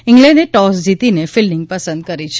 ઇંગ્લેન્ડે ટોસ જીતીને ફિલ્ડીંગ પસંદ કરી છે